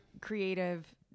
creative